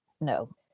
No